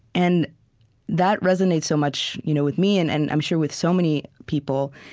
and that resonates so much you know with me and and, i'm sure, with so many people,